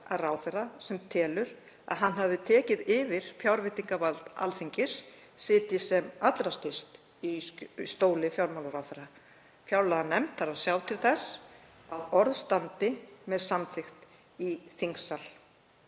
að ráðherra sem telur að hann hafi tekið yfir fjárveitingavald Alþingis sitji sem allra styst í stóli fjármálaráðherra. Fjárlaganefnd þarf að sjá til þess að orð standi með samþykkt í þingsal.